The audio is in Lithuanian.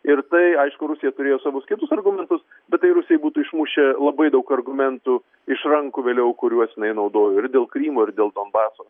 ir tai aišku rusija turėjo savus argumentus bet tai rusijai būtų išmušę labai daug argumentų iš rankų vėliau kuriuos jinai naudojo ir dėl krymo ir dėl donbaso